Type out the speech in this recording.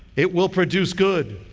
it will produce good.